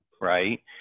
right